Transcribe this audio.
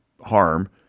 harm